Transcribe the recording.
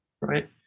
right